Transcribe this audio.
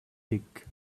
dick